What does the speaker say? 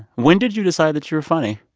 when did you decide that you were funny?